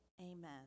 Amen